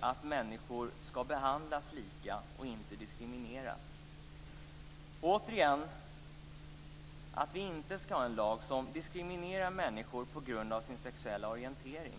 att människor ska behandlas lika och inte diskrimineras. Återigen handlar det om att vi inte ska ha en lag som diskriminerar människor på grund av deras sexuella orientering.